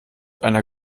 einer